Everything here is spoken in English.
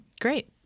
Great